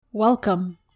welcome